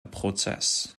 prozess